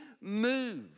moved